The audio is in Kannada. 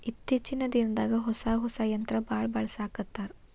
ಇತ್ತೇಚಿನ ದಿನದಾಗ ಹೊಸಾ ಹೊಸಾ ಯಂತ್ರಾ ಬಾಳ ಬಳಸಾಕತ್ತಾರ